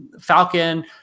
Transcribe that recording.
Falcon